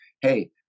hey